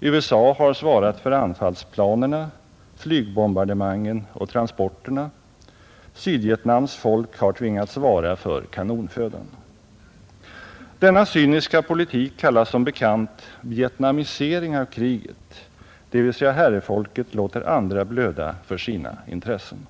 USA har svarat för anfallsplanerna, flygbombardemangen och transporterna, Sydvietnams folk har tvingats svara för kanonfödan. Denna cyniska politik kallas som bekant ”vietnamisering” av kriget, dvs. herrefolket låter andra blöda för sina intressen.